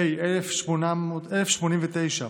הכנסת, פ/1089/23,